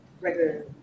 regular